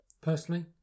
personally